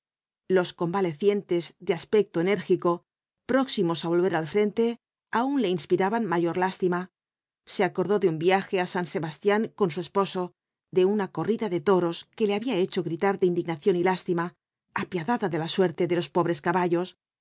los convalecientes de aspecto enérgico próximos á volver al frente aun le inspiraban mayor lástima se acordó de un viaje á san sebastián con si esposo de una corrida de toros que le había hecho gritar de indignación y lástima apiadada de la suerte de los pobres caballos